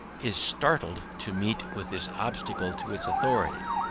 is startled to meet with this obstacle to its authority.